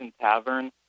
Tavern